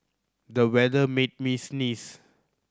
the weather made me sneeze